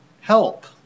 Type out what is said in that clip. help